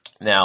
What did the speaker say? Now